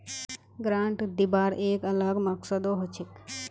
grant दिबार एक अलग मकसदो हछेक